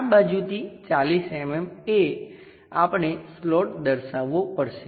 આ બાજુથી 40 mm એ આપણે સ્લોટ દર્શાવવો પડશે